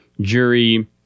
jury